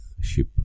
Ship